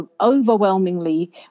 overwhelmingly